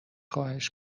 خواهش